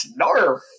snarf